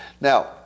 Now